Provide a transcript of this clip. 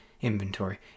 Inventory